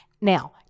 Now